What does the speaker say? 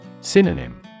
Synonym